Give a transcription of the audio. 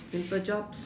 simple jobs